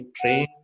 train